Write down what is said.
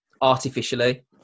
artificially